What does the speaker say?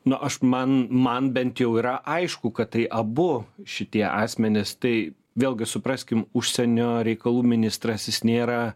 nu aš man man bent jau yra aišku kad tai abu šitie asmenys tai vėlgi supraskim užsienio reikalų ministras jis nėra